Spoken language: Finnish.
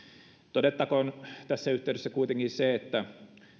todettakoon tässä yhteydessä kuitenkin se että